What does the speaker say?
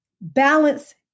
balance